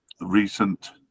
recent